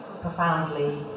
profoundly